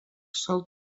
sol